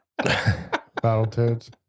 Battletoads